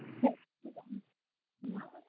சரி ம் ம்